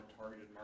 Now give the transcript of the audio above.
targeted